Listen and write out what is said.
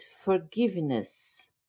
forgiveness